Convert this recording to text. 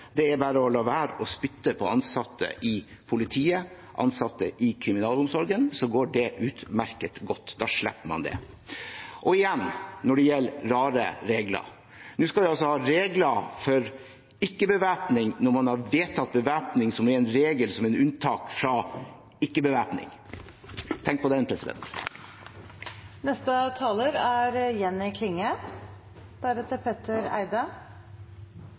Det er bare å la være å spytte på ansatte i politiet, ansatte i kriminalomsorgen, så går det utmerket godt. Da slipper man det. Og igjen, når det gjelder rare regler: Nå skal vi altså ha regler for ikke-bevæpning når man har vedtatt bevæpning som er en regel som er et unntak fra ikke-bevæpning. Tenk på den!